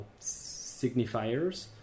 signifiers